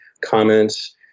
comments